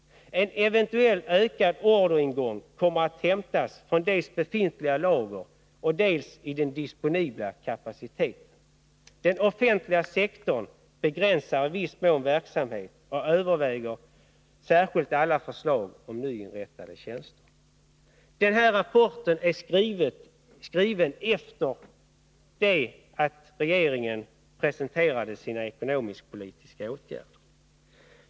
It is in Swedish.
En ev ökad orderingång kommer att hämtas från dels befintliga lager och dels i den disponibla kapaciteten. Den offentliga sektorn begränsar i viss mån verksamhet och överväger särskilt alla förslag om nyinrättade tjänster.” Denna rapport är skriven efter det att regeringen presenterade sina ekonomisk-politiska åtgärder.